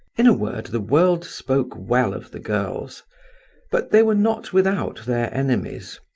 in a word, the world spoke well of the girls but they were not without their enemies,